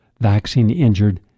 vaccine-injured